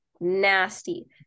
nasty